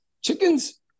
Chicken's